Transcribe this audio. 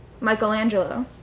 Michelangelo